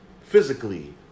physically